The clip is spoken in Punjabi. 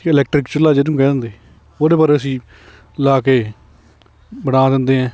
ਠੀਕ ਆ ਇਲੈਕਟ੍ਰਿਕ ਚੁੱਲ੍ਹਾ ਜਿਹਨੂੰ ਕਹਿ ਦਿੰਦੇ ਉਹਦੇ ਬਾਰੇ ਅਸੀਂ ਲਾ ਕੇ ਬਣਾ ਦਿੰਦੇ ਆ